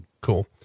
Cool